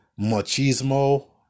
machismo